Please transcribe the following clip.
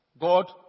God